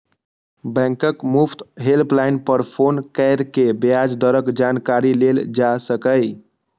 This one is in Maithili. बैंकक मुफ्त हेल्पलाइन पर फोन कैर के ब्याज दरक जानकारी लेल जा सकैए